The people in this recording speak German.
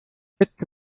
letzte